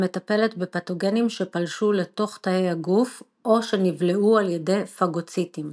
המטפלת בפתוגנים שפלשו לתוך תאי הגוף או שנבלעו על ידי פגוציטים.